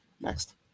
Next